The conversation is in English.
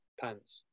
pants